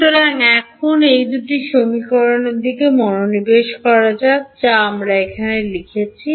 সুতরাং এখন এই দুটি সমীকরণের দিকে মনোনিবেশ করা যাক যা আমি এখানে লিখেছি